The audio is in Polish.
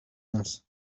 nas